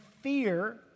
fear